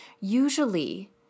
usually